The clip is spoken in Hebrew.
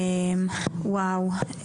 וואו,